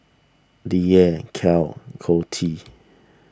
Leala Cale Cotti